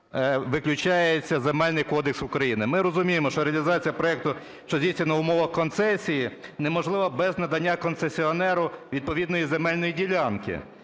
виключається Земельний кодекс України. Ми розуміємо, що реалізація проекту, що здійснюється на умовах концесії, неможлива без надання концесіонеру відповідної земельної ділянки,